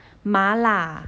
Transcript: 麻辣